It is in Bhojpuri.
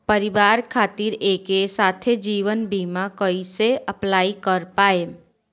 परिवार खातिर एके साथे जीवन बीमा कैसे अप्लाई कर पाएम?